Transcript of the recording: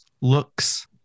looks